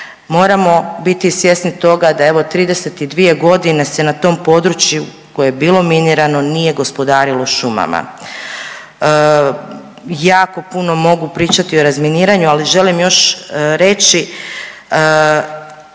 Moramo biti svjesni toga da evo, 32 godine se na tom područje koje je bilo minirano, nije gospodarilo šumama. Jako puno mogu pričati o razminiranju, ali želim još reći,